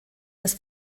des